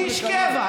איש קבע,